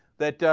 that ah.